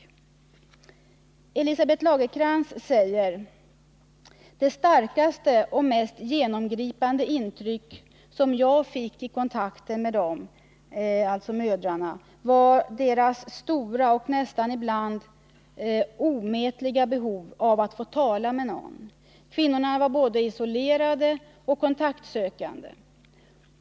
Nr 28 Elisabeth Lagercrantz säger: ”Det starkaste och mest genomgripande intryck som jag fick vid kontakten med dem” — alltså mödrarna — ”var deras stora och ibland nästan omätliga behov av att få tala med någon.” Kvinnorna var både isolerade och kontaktsökande.